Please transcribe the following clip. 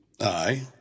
Aye